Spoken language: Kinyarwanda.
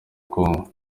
congo